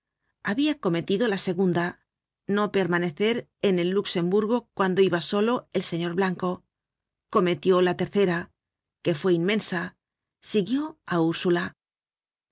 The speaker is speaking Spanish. habia cometido la segunda no permanecer en el luxemburgo cuando iba solo el señor blanco cometió la tercera que fue inmensa siguió á ursula